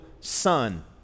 son